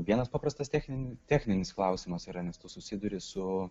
vienas paprastas technin techninis klausimas yra nes tu susiduri su